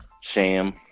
sham